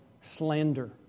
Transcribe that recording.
slander